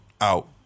out